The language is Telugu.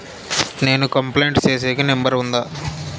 నేను కంప్లైంట్ సేసేకి నెంబర్ ఉందా?